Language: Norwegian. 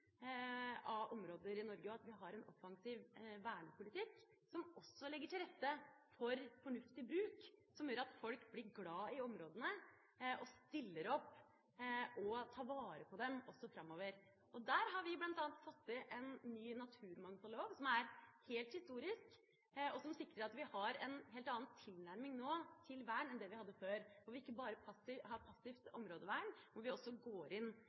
av områder i Norge, og at vi har en offensiv vernepolitikk som også legger til rette for fornuftig bruk, som gjør at folk blir glad i områdene og stiller opp og tar vare på dem framover. Der har vi bl.a. fått til en ny naturmangfoldlov som er helt historisk, og som sikrer at vi nå har en helt annen tilnærming til vern enn det vi hadde før, hvor vi ikke bare har passivt områdevern, men hvor vi også går inn